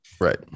right